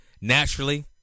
Naturally